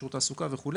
שירות התעסוקה וכו',